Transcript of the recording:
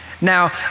Now